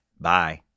Bye